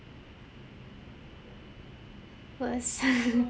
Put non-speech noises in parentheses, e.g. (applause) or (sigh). worse (laughs)